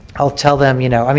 i'll tell them, you know, i mean